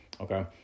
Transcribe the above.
Okay